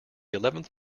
eleventh